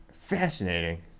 Fascinating